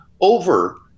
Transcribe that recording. over